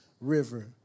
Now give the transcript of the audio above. river